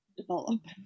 develop